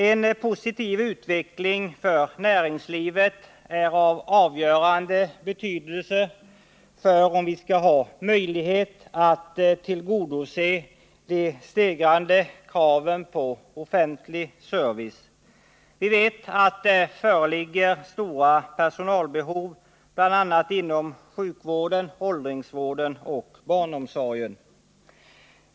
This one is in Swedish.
En positiv utveckling för näringslivet är av avgörande betydelse för om vi skall ha möjlighet att tillgodose de stegrande kraven på offentlig service. Vi vet att det föreligger stora personalbehov bl.a. inom sjukvården, åldringsvården och barnomsorgen.